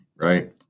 right